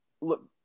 look